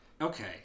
Okay